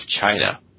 China